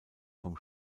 vom